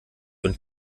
und